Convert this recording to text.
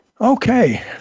Okay